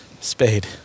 Spade